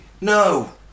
No